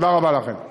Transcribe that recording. תודה רבה לכם.